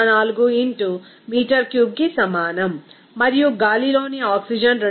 04 x metre క్యూబ్కి సమానం మరియు గాలిలోని ఆక్సిజన్ 2